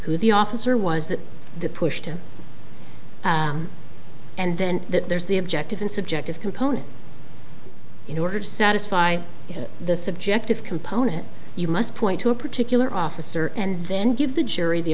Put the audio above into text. who the officer was that pushed him and then that there's the objective and subjective component in order to satisfy the subjective component you must point to a particular officer and then give the jury the